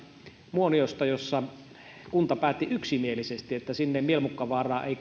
muoniosta jossa kunta päätti yksimielisesti että mielmukkavaaraan ei